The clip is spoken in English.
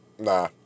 Nah